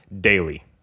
daily